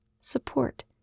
Support